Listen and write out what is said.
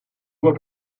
voie